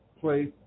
place